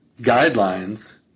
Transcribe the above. guidelines